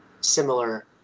similar